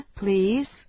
please 。